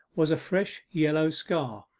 was a fresh yellow scar,